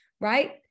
right